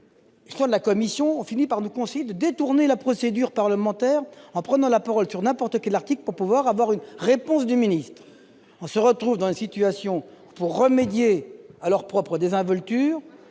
les services de la commission ont fini par nous conseiller de détourner la procédure parlementaire, en prenant la parole sur n'importe quel article pour obtenir une réponse du ministre. On se retrouve dans une situation où, pour remédier à leur propre désinvolture,